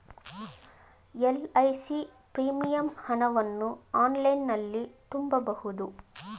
LIC premium ಹಣವನ್ನು ಆನ್ಲೈನಲ್ಲಿ ತುಂಬಬಹುದು